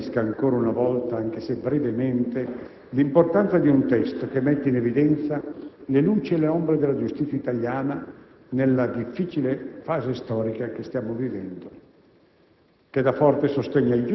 ma lasciate che ribadisca ancora una volta, anche se brevemente, l'importanza di un testo che mette in evidenza le luci e le ombre della giustizia italiana nella difficile fase storica che stiamo vivendo,